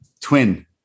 twin